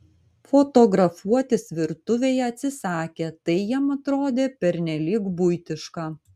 fotografuotis virtuvėje atsisakė tai jam atrodė pernelyg buitiška